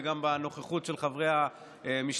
וגם בנוכחות של חברי המשלחות.